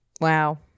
Wow